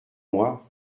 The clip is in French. moi